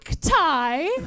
tie